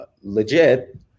legit